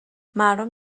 مردم